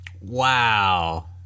Wow